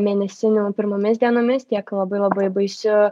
mėnesinių pirmomis dienomis tiek labai labai baisiu